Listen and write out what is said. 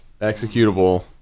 executable